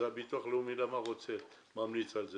הביטוח הלאומי, למה אתם ממליצים על זה?